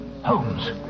Holmes